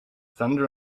thunder